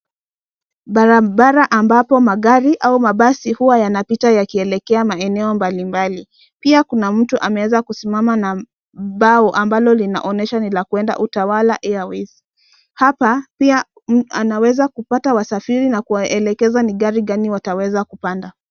Barabara ambapo magari au mabasi huwa yanapita yakielekea maeneo mbalimbali, pia kuna mtu ameweza kusimama na bao ambalo linaonyesha ni la kwenda Utawala Airways. Hapa pia anaweza kupata wasafiri na kuwaelekeza ni gari gani wataweza kupanda.